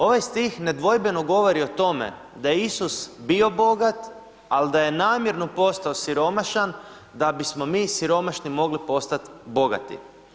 Ovaj stih nedvojbeno govori o tome da je Isus bio bogat ali da je namjerno postao siromašan da bismo mi siromašni mogli postati bogati.